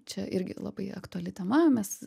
čia irgi labai aktuali tema mes